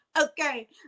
okay